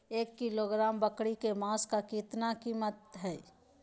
एक किलोग्राम बकरी के मांस का कीमत कितना है?